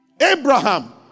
Abraham